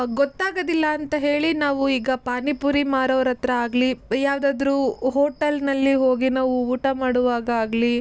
ಗೊತ್ತಾಗೋದಿಲ್ಲ ಅಂತ ಹೇಳಿ ನಾವು ಈಗ ಪಾನಿಪುರಿ ಮಾರೋರ ಹತ್ರ ಆಗಲಿ ಯಾವುದಾದ್ರೂ ಹೋಟಲ್ನಲ್ಲಿ ಹೋಗಿ ನಾವು ಊಟ ಮಾಡುವಾಗ ಆಗಲಿ